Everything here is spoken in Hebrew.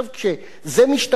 כשזה משתלב,